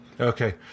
Okay